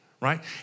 right